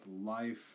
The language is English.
life